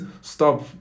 stop